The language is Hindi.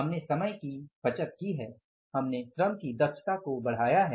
हमने समय की बचत की है हमने श्रम की दक्षता को बढ़ाया है